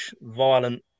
violent